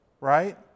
right